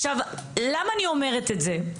עכשיו, למה אני אומרת את זה?